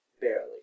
Barely